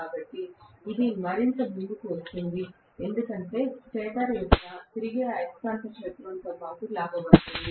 కాబట్టి ఇది మరింత ముందుకు వస్తుంది ఎందుకంటే ఇది స్టేటర్ యొక్క తిరిగే అయస్కాంత క్షేత్రంతో పాటు లాగబడుతుంది